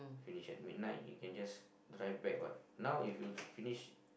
finish at midnight you can just drive back what now if you finish